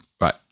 Right